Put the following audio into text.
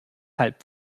halb